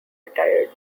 retired